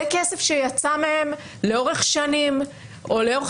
זה כסף שיצא מהם לאורך שנים או לאורך